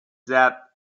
that